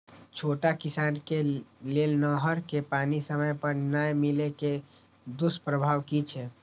छोट किसान के लेल नहर के पानी समय पर नै मिले के दुष्प्रभाव कि छै?